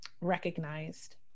recognized